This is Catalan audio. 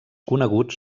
coneguts